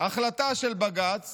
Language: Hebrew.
החלטה של בג"ץ